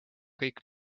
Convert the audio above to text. kõik